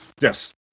Yes